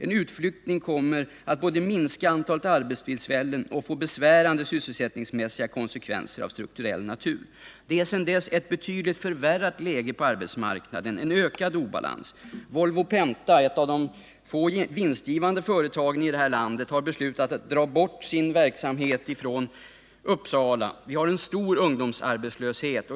En utflyttning kommer att både minska antalet arbetstillfällen och få besvärande sysselsätt ningsmässiga konsekvenser av strukturell natur.” Sedan dess har vi fått ett betydligt förvärrat läge på arbetsmarknaden, en ökad obalans. Volvo-Penta, som tillhör en av de få vinstgivande koncernerna här i landet, har beslutat att dra bort sin verksamhet från Uppsala. Vi har stor ungdomsarbetslöshet.